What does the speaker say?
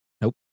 Nope